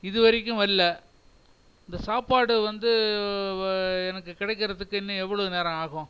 இதுவரைக்கும் வரல இந்த சாப்பாடு வந்து எனக்கு கிடைக்கிறதுக்கு இன்னும் எவ்வளோ நேரம் ஆகும்